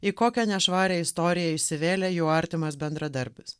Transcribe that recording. į kokią nešvarią istoriją įsivėlė jų artimas bendradarbis